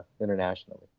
internationally